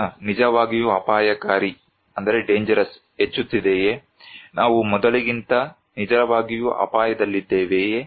ಈಗ ನಿಜವಾಗಿಯೂ ಅಪಾಯಕಾರಿ ಹೆಚ್ಚುತ್ತಿದೆಯೇ ನಾವು ಮೊದಲಿಗಿಂತ ನಿಜವಾಗಿಯೂ ಅಪಾಯದಲ್ಲಿದ್ದೇವೆಯೇ